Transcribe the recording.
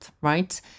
right